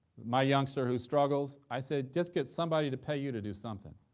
my youngster who struggles, i said, just get somebody to pay you to do something.